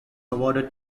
awarded